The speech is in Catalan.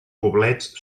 poblets